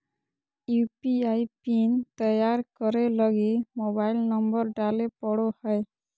UPI PIN तैयार करे लगी मोबाइल नंबर डाले पड़ो हय